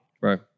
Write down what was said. right